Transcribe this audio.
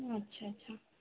ଆଚ୍ଛା ଆଚ୍ଛା